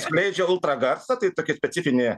skleidžia ultragarsą tai tokį specifinį